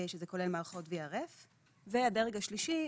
שזה כולל מערכות VRF. והדרג השלישי,